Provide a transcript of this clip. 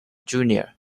junior